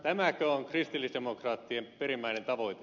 tämäkö on kristillisdemokraattien perimmäinen tavoite